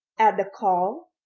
at the call,